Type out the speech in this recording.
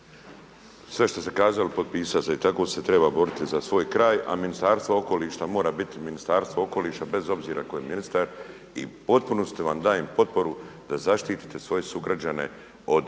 Sve što ste kazali potpisao … i tako se treba boriti za svoj kraj, a Ministarstvo okoliša mora biti Ministarstvo okoliša bez obzira tko je ministar i u potpunosti vam dajem potporu da zaštite svoje sugrađane od